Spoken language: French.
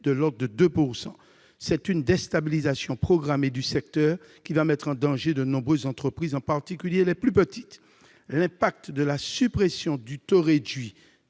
de l'ordre de 2 %. C'est une déstabilisation programmée du secteur, qui mettra en danger de nombreuses entreprises, en particulier les plus petites. L'impact de la suppression du taux réduit